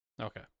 Okay